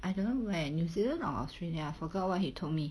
I don't know where new zealand or australia I forgot what he told me